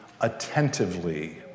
attentively